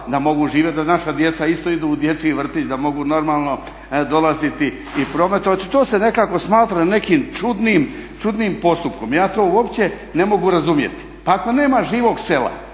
da mogu živjet, da naša djeca isto idu u dječji vrtić, da mogu normalno dolaziti i prometovati. To se nekako smatra nekim čudnim postupkom, ja to uopće ne mogu razumjeti. Pa ako nema živog sela,